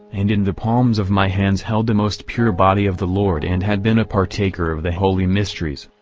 and in the palms of my hands held the most pure body of the lord and had been a partaker of the holy mysteries.